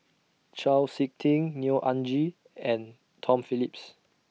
Chau Sik Ting Neo Anngee and Tom Phillips